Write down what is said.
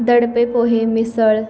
दडपे पोहे मिसळ वडापाव